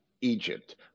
Egypt